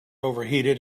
overheated